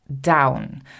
down